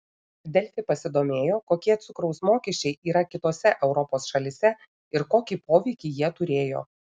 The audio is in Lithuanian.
delfi pasidomėjo kokie cukraus mokesčiai yra kitose europos šalyse ir kokį poveikį jie turėjo